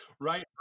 right